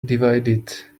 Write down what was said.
divided